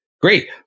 Great